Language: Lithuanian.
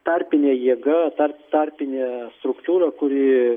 tarpine jėga tar tarpine struktūra kuri